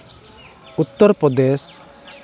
Uttar Pradesh